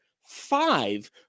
five